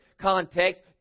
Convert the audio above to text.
context